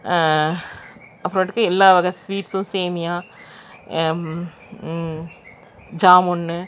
அப்பறமேட்டுக்கு எல்லா வகை ஸ்வீட்ஸும் சேமியா ஜாமுன்னு